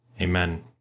Amen